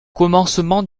commencement